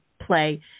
play